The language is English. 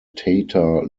tatar